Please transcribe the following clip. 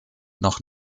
noch